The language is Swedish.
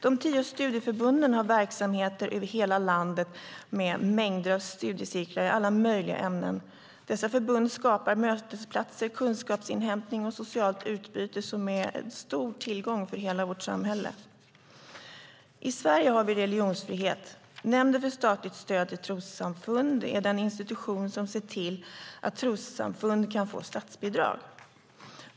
De tio studieförbunden har verksamheter över hela landet med mängder av studiecirklar i alla möjliga ämnen. Dessa förbund skapar mötesplatser, kunskapsinhämtning och socialt utbyte som är en stor tillgång för hela vårt samhälle. I Sverige har vi religionsfrihet. Nämnden för statligt stöd till trossamfund är den institution som ser till att trossamfund kan få statsbidrag.